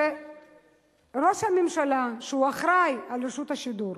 שכשראש הממשלה, שהוא אחראי על רשות השידור,